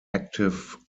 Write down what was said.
active